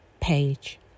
Page